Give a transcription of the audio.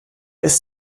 ist